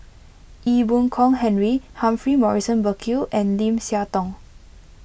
Ee Boon Kong Henry Humphrey Morrison Burkill and Lim Siah Tong